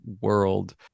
world